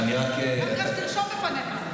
תרשום בפניך.